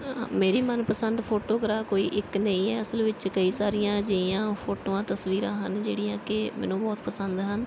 ਮੇਰੀ ਮਨਪਸੰਦ ਫੋਟੋ ਕਰਾ ਕੋਈ ਇੱਕ ਨਹੀਂ ਅਸਲ ਵਿੱਚ ਕਈ ਸਾਰੀਆਂ ਅਜਿਹੀਆਂ ਫੋਟੋਆਂ ਤਸਵੀਰਾਂ ਹਨ ਜਿਹੜੀਆਂ ਕਿ ਮੈਨੂੰ ਬਹੁਤ ਪਸੰਦ ਹਨ